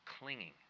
clinging